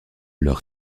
leur